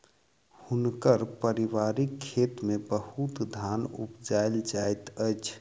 हुनकर पारिवारिक खेत में बहुत धान उपजायल जाइत अछि